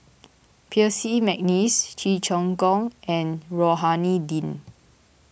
Percy McNeice Cheong Choong Kong and Rohani Din